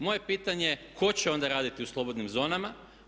Moje pitanje, tko će onda raditi u slobodnim zonama?